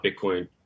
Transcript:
Bitcoin